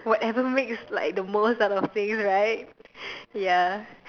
whatever makes like the most out of fame right ya